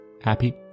happy